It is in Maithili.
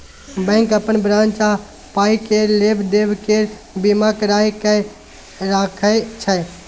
बैंक अपन ब्राच आ पाइ केर लेब देब केर बीमा कराए कय राखय छै